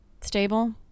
Stable